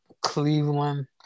Cleveland